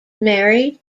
married